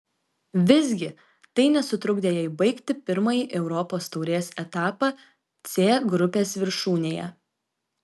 visgi tai nesutrukdė jai baigti pirmąjį europos taurės etapą c grupės viršūnėje